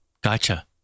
Gotcha